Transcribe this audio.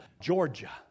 Georgia